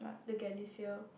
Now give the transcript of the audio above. the Galecier